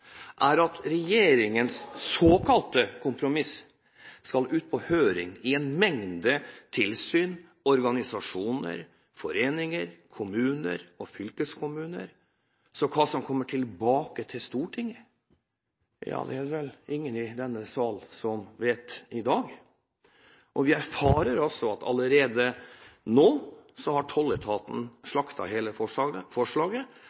er at regjeringens såkalte kompromiss skal ut på høring i en mengde tilsyn, organisasjoner, foreninger, kommuner og fylkeskommuner. Så hva som kommer tilbake til Stortinget – ja, det er det vel ingen i denne sal som vet i dag. Vi erfarer altså at allerede nå har tolletaten slaktet hele forslaget